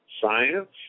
science